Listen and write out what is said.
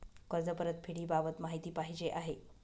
कर्ज परतफेडीबाबत माहिती पाहिजे आहे